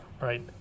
right